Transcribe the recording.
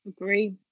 Agree